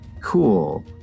Cool